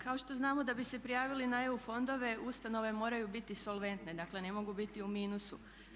Kao što znamo da bi se prijavili na EU fondove ustanove moraju biti solventne, dakle ne mogu biti u minusu.